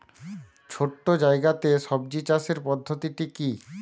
ছোট্ট জায়গাতে সবজি চাষের পদ্ধতিটি কী?